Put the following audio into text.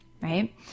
right